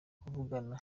kuvugana